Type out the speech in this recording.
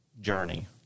journey